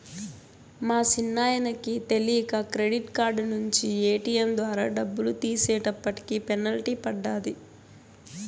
మా సిన్నాయనకి తెలీక క్రెడిట్ కార్డు నించి ఏటియం ద్వారా డబ్బులు తీసేటప్పటికి పెనల్టీ పడ్డాది